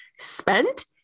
spent